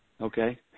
Okay